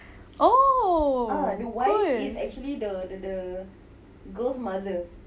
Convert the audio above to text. oh betul